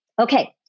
Okay